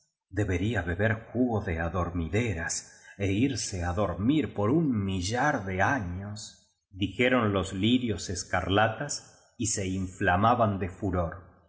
debería beber jugo de adormideras é irse á dormir por un millar de añosdijeron los lirios escarlatas y se inflama ban de furor